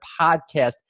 Podcast